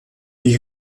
die